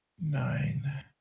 Nine